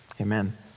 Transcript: amen